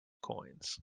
coins